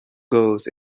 goals